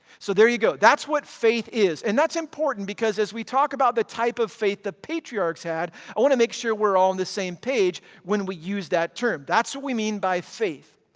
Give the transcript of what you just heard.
so there you go. that's what faith is, and that's important, because as we talk about the type of faith the patriarchs had, i want to make sure we're all on the same page when we use that term. that's what we mean by faith.